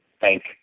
thank